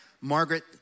Margaret